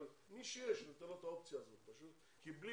אבל מי שיש שניתן לו את האופציה הזאת כי בלי